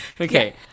Okay